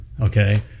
Okay